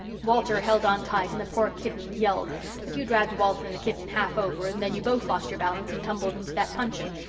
walter held on tight and the poor kitten yelled but you dragged walter and the kitten half over and then you both lost your balance and tumbled into that puncheon,